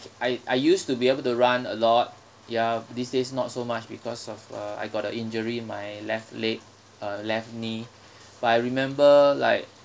I I used to be able to run a lot ya these days not so much because of uh I got a injury in my left leg uh left knee but I remember like